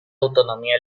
autonomía